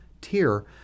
tier